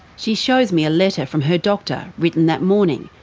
she shows me a letter from her doctor, written that morning.